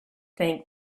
think